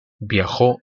viajó